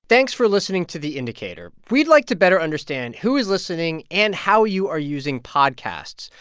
thanks for listening to the indicator. we'd like to better understand who is listening and how you are using podcasts.